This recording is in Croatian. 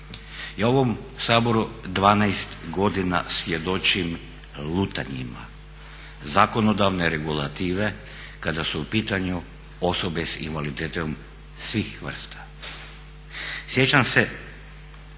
u ovom Saboru 12 godina svjedočim lutanjima zakonodavne regulative kada su u pitanju osobe s invaliditetom svih vrsta. Sjećam se